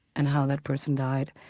and how that person died,